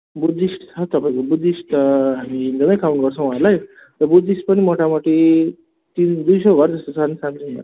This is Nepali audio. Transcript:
बुद्धिस्ट छ तपाईँको बुद्धिस्ट त हामी हिन्दूमै काउन्ट गर्छौँ वहाँहरूलाई र बुद्धिस्ट पनि मोटामोटी तिन दुई सौ घरजस्तो छन् सामसिङमा